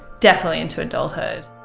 definitely into adulthood.